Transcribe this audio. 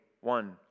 one